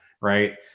right